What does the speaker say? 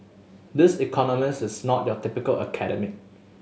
this economist is not a typical academic